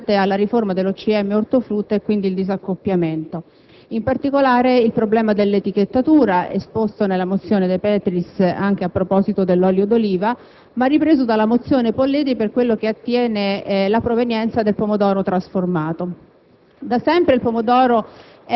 e quello conseguente alla riforma dell'OCM ortofrutta e quindi il disaccoppiamento. In particolare, il problema dell'etichettatura, trattato nella mozione De Petris anche a proposito dell'olio d'oliva, è ripreso dalla mozione Polledri per quanto attiene la provenienza del pomodoro trasformato.